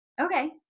Okay